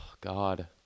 God